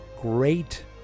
great